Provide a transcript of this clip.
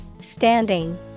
Standing